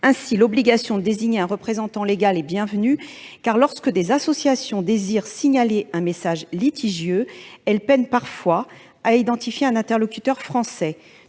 Ainsi, l'obligation de désigner un représentant légal est bienvenue, car, lorsque des associations souhaitent signaler un message litigieux, elles peinent parfois à identifier un interlocuteur français.